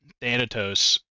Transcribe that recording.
Thanatos